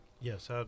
Yes